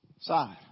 side